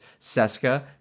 Seska